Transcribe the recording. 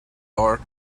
art